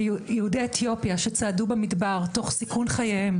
ליהודי אתיופיה שצעדו במדבר תוך סיכון חייהם